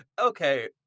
okay